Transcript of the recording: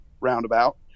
roundabout